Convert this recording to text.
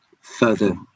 further